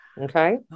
Okay